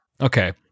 Okay